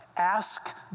Ask